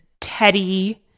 teddy